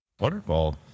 Wonderful